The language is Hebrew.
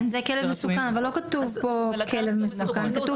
כן, זה כלב מסוכן, אבל לא כתוב פה כלב מסוכן.